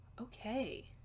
Okay